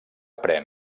pren